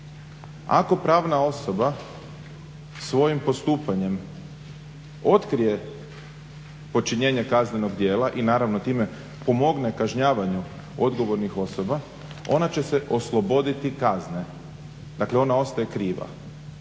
Ako pravna osoba svojim postupanjem otkrije počinjenje kaznenog djela i naravno time pomogne kažnjavanju odgovornih osoba ona će se osloboditi kazne. Dakle, ona ostaje kriva.